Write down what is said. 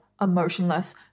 emotionless